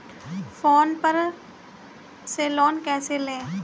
Phone पर से loan कैसे लें?